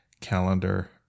calendar